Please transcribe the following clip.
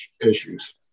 issues